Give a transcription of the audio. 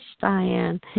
Diane